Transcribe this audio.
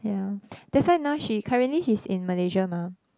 yeah that's why now she currently she's in Malaysia mah